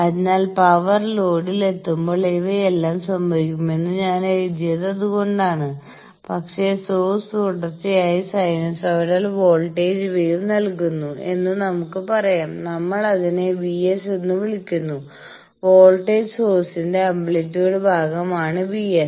അതിനാൽ പവർ ലോഡിൽ എത്തുമ്പോൾ ഇവയെല്ലാം സംഭവിക്കുമെന്ന് ഞാൻ എഴുതിയത് അതുകൊണ്ടാണ് പക്ഷേ സോഴ്സ് തുടർച്ചയായ സൈനസോയ്ഡൽ വോൾട്ടേജ് വേവ് നൽകുന്നു എന്ന് നമുക്ക് പറയാം നമ്മൾ അതിനെ VS എന്ന് വിളിക്കുന്നു വോൾട്ടേജ് സോഴ്സിന്റെ ആംപ്ലിറ്റ്യൂഡ് ഭാഗം ആണ് VS